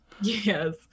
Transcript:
yes